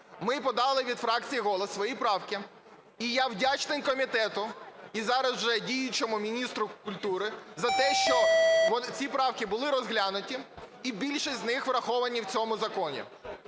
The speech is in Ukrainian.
Ми подали від фракції "Голос" свої правки, і я вдячний комітету, і зараз вже діючому міністру культури, за те, що ці правки були розглянуті і більшість з них враховані в цьому законі.